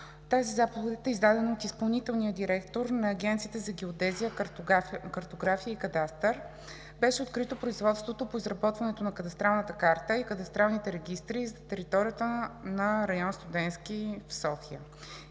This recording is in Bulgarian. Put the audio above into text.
юли 2009 г., издадена от изпълнителния директор на Агенцията по геодезия, картография и кадастър, беше открито производството по изработване на кадастрална карта и кадастрални регистри за територията на Район „Студентски“ в София.